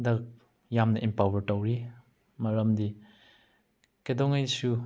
ꯗ ꯌꯥꯝꯅ ꯑꯦꯝꯄꯥꯋꯥꯔ ꯇꯧꯋꯤ ꯃꯔꯝꯗꯤ ꯀꯩꯗꯧꯉꯩꯗꯁꯨ